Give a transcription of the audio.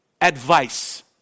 advice